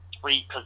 three